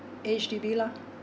H_D_B lah